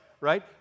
right